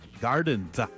Gardens